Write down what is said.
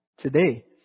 Today